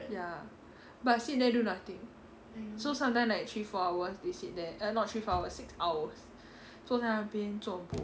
ya but sit there do nothing so sometimes like three four hours they sit there err not three four hours six hours 坐在那边 zuo bo